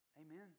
Amen